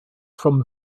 from